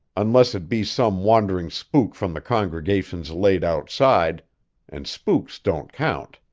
unless it be some wandering spook from the congregations laid outside and spooks don't count.